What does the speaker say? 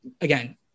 again